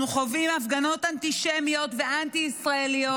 אנחנו חווים הפגנות אנטישמיות ואנטי-ישראליות